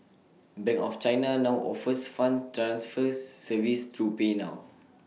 bank of China now offers funds transfers services through PayNow